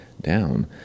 down